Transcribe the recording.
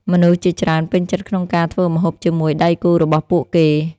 មនុស្សជាច្រើនពេញចិត្តក្នុងការធ្វើម្ហូបជាមួយដៃគូរបស់ពួកគេ។